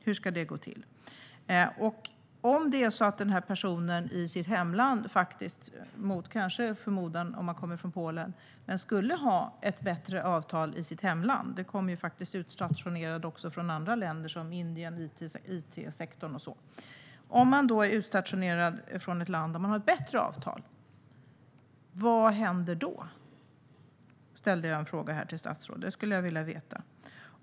Jag skulle vilja veta, som jag frågade statsrådet, vad som händer om en person mot förmodan, om man kommer från Polen, skulle ha ett bättre avtal i sitt hemland? Det kommer utstationerade också från andra länder, till exempel från Indien, som arbetar inom it-sektorn.